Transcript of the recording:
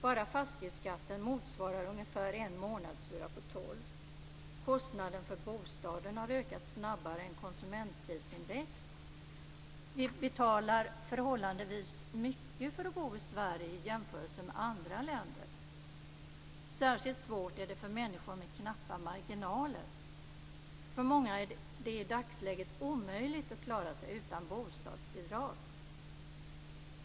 Bara fastighetsskatten motsvarar ungefär en månadshyra av tolv. Kostnaden för bostaden har ökat snabbare än konsumentprisindex. Vi betalar förhållandevis mycket för att bo i Sverige i jämförelse med andra länder. Särskilt svårt är det för människor med knappa marginaler. För många är det i dagsläget omöjligt att klara sig utan bostadsbidrag.